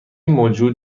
موجود